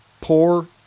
poor